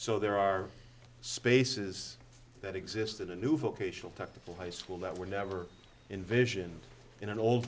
so there are spaces that existed in new vocational technical high school that were never invision in an old